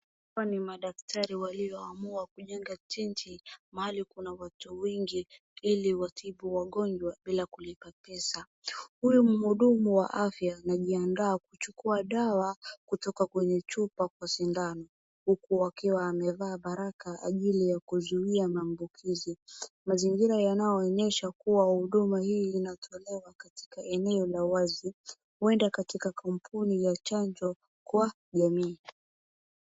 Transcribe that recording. Hawa ni madaktari walioamua kujenga tenti, mahali kuna watu wengi, ili watibu wagonjwa bila kulipa pesa. Huyu mhudumu wa afya anajiandaa kuchukua dawa kutoka kwenye chupa kwa sindano, huku amevaa barakoa kwa ajili ya kuzuia maambukizi. Mazingira yanayoonyesha kuwa huduma hii inatolewa katika eneo la wazi. huenda katika kampuni ya chanjo kwa jamii.